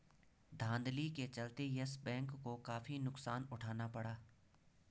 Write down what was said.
धांधली के चलते यस बैंक को काफी नुकसान उठाना पड़ा